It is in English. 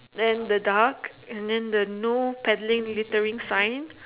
then the duck and then the no paddling littering sign